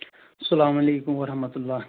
اسلام علیکُم ورحمۃ اللہ